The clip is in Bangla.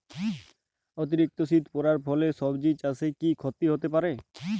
অতিরিক্ত শীত পরার ফলে সবজি চাষে কি ক্ষতি হতে পারে?